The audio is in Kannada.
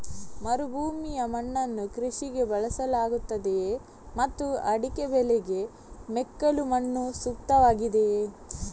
ಮರುಭೂಮಿಯ ಮಣ್ಣನ್ನು ಕೃಷಿಗೆ ಬಳಸಲಾಗುತ್ತದೆಯೇ ಮತ್ತು ಅಡಿಕೆ ಬೆಳೆಗೆ ಮೆಕ್ಕಲು ಮಣ್ಣು ಸೂಕ್ತವಾಗಿದೆಯೇ?